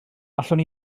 allwn